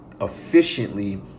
efficiently